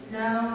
now